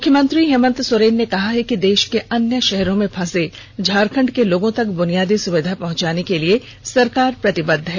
मुख्यमंत्री हेमंत सोरेन ने कहा है कि देष के अन्य शहरों में फसे झारखंड के लोगों तक बुनियादी सुविधा पहुंचाने के लिए सरकार प्रतिबद्ध है